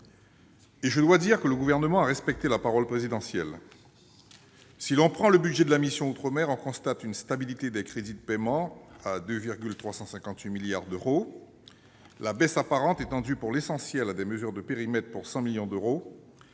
». Je dois dire que le Gouvernement a respecté la parole présidentielle. L'examen du projet de budget de la mission « Outre-mer » fait apparaître une stabilité des crédits de paiement, à 2,358 milliards d'euros, la baisse apparente étant due, pour l'essentiel, à des mesures de périmètre, pour 100 millions d'euros,